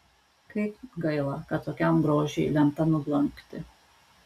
kaip gaila kad tokiam grožiui lemta nublankti